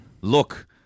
Look